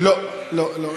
לא לא לא,